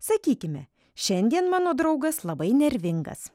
sakykime šiandien mano draugas labai nervingas